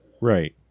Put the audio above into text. Right